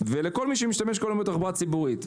ולכל מי שמשתמש כל יום בתחבורה ציבורית,